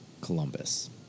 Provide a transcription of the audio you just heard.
Columbus